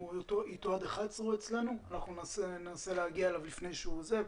אנחנו ננסה להגיע אליו לפני שהוא עוזב.